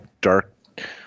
dark